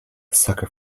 sucker